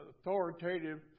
authoritative